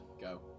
go